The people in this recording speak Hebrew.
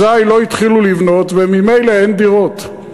אזי לא התחילו לבנות וממילא אין דירות.